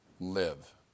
live